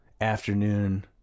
afternoon